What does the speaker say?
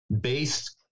based